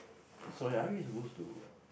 sorry aren't we supposed to